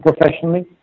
professionally